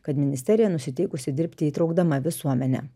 kad ministerija nusiteikusi dirbti įtraukdama visuomenę